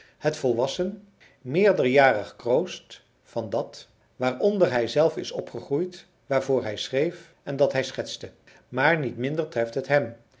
het volwassen meerderjarig kroost van dat waaronder hij zelf is opgegroeid waarvoor hij schreef en dat hij schetste maar niet minder treft het hem